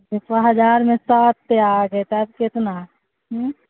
اس کو ہزار میں سات پہ آ گئے تو اب کتنا